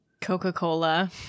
Coca-Cola